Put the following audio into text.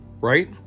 right